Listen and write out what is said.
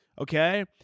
Okay